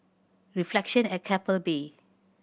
Reflection at Keppel Bay